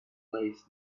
place